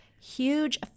huge